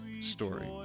story